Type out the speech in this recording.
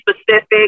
specific